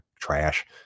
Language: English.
trash